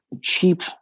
cheap